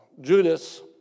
Judas